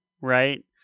right